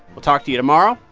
we'll talk to you tomorrow.